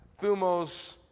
Thumos